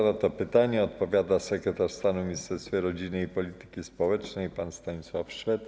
Na to pytanie odpowie sekretarz stanu w Ministerstwie Rodziny i Polityki Społecznej pan Stanisław Szwed.